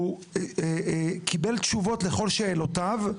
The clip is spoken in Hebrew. שהוא קיבל תשובות לכל שאלותיו?